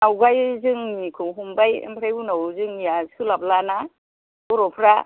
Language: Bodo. आगोल जोंनिखौ हमबाय ओमफ्राय उनाव जोंनिया सोलाबलाना बर'फ्रा